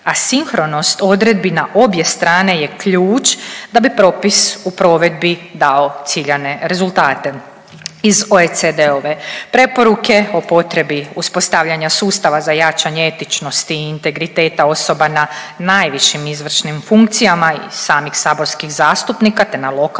sinhronost odredbi na obje strane je ključ da bi propis u provedbi dao ciljane rezultate. Iz OECD-ove preporuke o potrebi uspostavljanja sustava za jačanje etičnosti i integriteta osoba na najvišim izvršnim funkcijama i samih saborskih zastupnika, te na lokalnoj